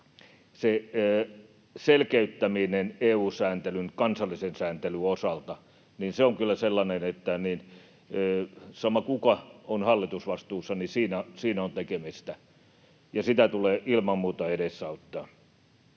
Se selkeyttäminen EU-sääntelyn kansallisen sääntelyn osalta on kyllä sellainen, että on sama, kuka on hallitusvastuussa — siinä on tekemistä, ja sitä tulee ilman muuta edesauttaa.